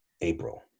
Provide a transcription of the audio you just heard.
april